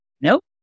nope